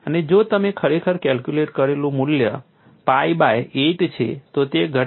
અને જો તમે ખરેખર કેલ્ક્યુલેટ કરેલું મુલ્ય pi બાય 8 છે તો તે ઘટીને 0